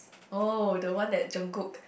oh the one that don't cook